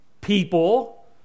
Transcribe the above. people